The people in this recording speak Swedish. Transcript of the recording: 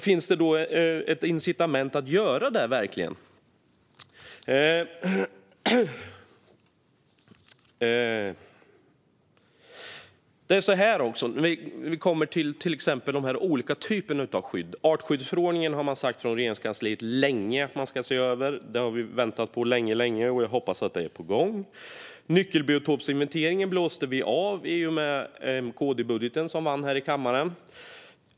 Finns det då verkligen ett incitament att göra det här? Jag vill säga något om de olika typerna av skydd. Artskyddsförordningen har man från Regeringskansliet länge sagt att man ska se över. Det har vi väntat på länge, och jag hoppas att det är på gång. Nyckelbiotopsinventeringen blåste vi av i och med M-KD-budgeten, som vann här i kammaren.